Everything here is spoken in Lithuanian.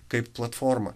kaip platformą